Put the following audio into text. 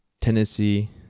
Tennessee –